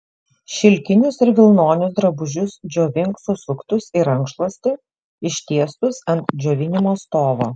šilkinius ir vilnonius drabužius džiovink susuktus į rankšluostį ištiestus ant džiovinimo stovo